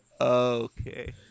Okay